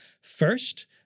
First